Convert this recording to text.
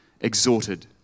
exhorted